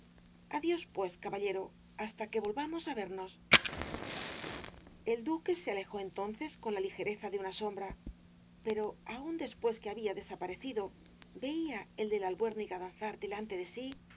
adiós pues caballero hasta que volvamos á vernos el duque se alejó entonces con la ligereza de una sombra pero aun después que había desaparecido veía el de la albuérniga danzar delante de sí